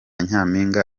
nyampinga